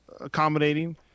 accommodating